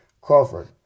Crawford